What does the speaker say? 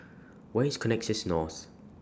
Where IS Connexis North